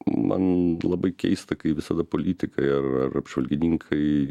man labai keista kai visada politikai ar ar apžvalgininkai